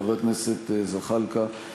חבר כנסת זחאלקה,